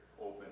open